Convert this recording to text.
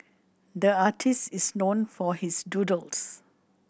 the artist is known for his doodles